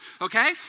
okay